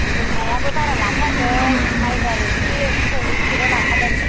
लोंनायाबो बारा लाखायाखै माइब्रा रोसि एसे गंनैसोल' लाखादों